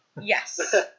Yes